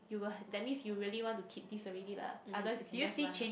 you will that means you really want to keep this already lah otherwise you can just run lah